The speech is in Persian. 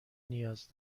نیاز